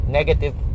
negative